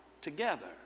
together